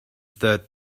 third